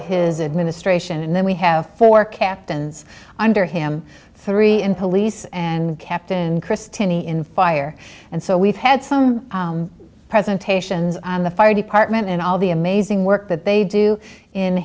his administration and then we have four captains under him three in police and captain chris turney in fire and so we've had some presentations on the fire department and all the amazing work that they do in